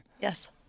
Yes